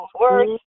words